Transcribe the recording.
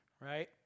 right